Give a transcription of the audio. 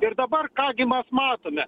ir dabar ką gi mes matome